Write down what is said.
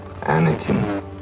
Anakin